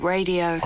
Radio